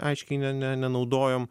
aiškiai ne ne nenaudojom